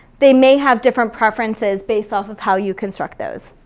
they may have different preferences based off of how you construct those.